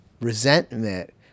resentment